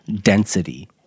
density